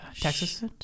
texas